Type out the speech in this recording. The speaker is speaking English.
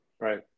Right